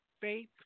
faith